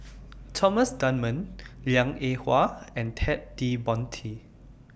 Thomas Dunman Liang Eng Hwa and Ted De Ponti